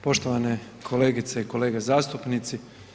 Poštovane kolegice i kolege zastupnici.